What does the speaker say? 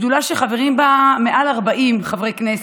שדולה שחברים בה מעל 40 חברי כנסת.